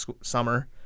summer